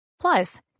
Plus